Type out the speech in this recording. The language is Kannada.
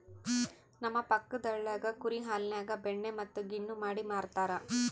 ನಮ್ಮ ಪಕ್ಕದಳ್ಳಿಗ ಕುರಿ ಹಾಲಿನ್ಯಾಗ ಬೆಣ್ಣೆ ಮತ್ತೆ ಗಿಣ್ಣು ಮಾಡಿ ಮಾರ್ತರಾ